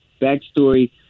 backstory